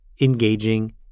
engaging